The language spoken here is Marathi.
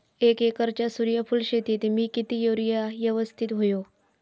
एक एकरच्या सूर्यफुल शेतीत मी किती युरिया यवस्तित व्हयो?